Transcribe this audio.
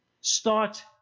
Start